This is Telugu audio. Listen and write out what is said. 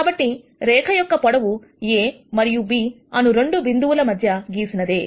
కాబట్టి రేఖ యొక్క పొడవు A మరియు B అను 2 బిందువుల మధ్య గీసినదే